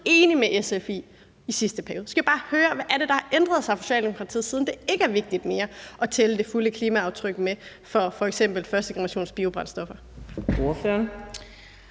enig med SF om i sidste periode. Så skal jeg bare høre, hvad det er, der har ændret sig for Socialdemokratiet, siden det ikke er vigtigt mere at tælle det fulde klimaaftryk med for f.eks. førstegenerationsbiobrændstoffer.